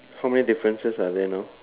how many differences are there now